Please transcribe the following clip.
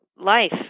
life